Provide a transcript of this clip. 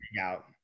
out